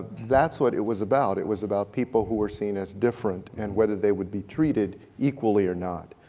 that's what it was about. it was about people who were seen as different and whether they would be treated equally or not.